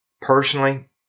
Personally